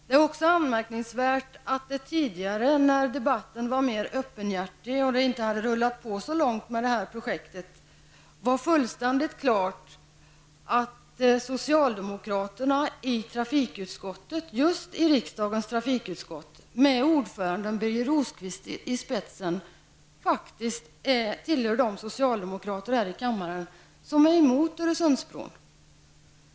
Det är också anmärkningsvärt att det tidigare, när debatten var mer öppenhjärtig och projektet inte hade rullat på så långt, var fullständigt klart att socialdemokraterna i just riksdagens trafikutskott, med dess ordförande Birger Rosqvist i spetsen, tillhörde de socialdemokrater här i kammaren som är emot Öresundsbron.